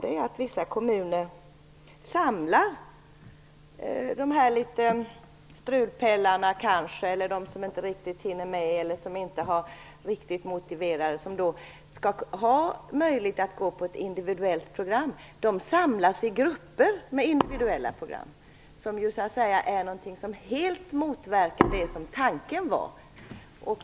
Det är att vissa kommuner samlar "strulpellar", de som inte hinner med och de som inte är riktigt motiverade i grupper, för att de skall få möjlighet att gå i ett individuellt program. Det är ju någonting som helt motverkar det som var tanken.